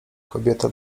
kobieta